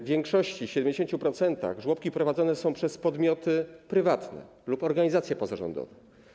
W większości, w 70% żłobki prowadzone są przez podmioty prywatne lub organizacje pozarządowe.